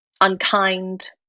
unkind